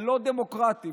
הלא-דמוקרטי.